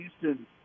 Houston